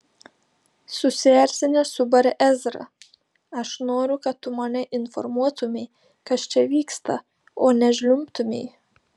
susierzinęs subarė ezra aš noriu kad tu mane informuotumei kas čia vyksta o ne žliumbtumei